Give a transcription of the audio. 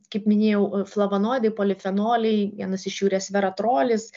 kaip minėjau flavanoidai ir polifenoliai vienas iš jų yra sveratrolis